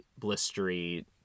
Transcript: blistery